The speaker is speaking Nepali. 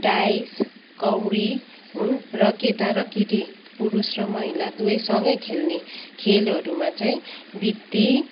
डाइस कौडी हुन् र केटा र केटी पुरुष र महिला दुवै सँगै खेल्ने खेलहरूमा चाहिँ बित्ती